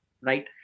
right